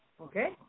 Okay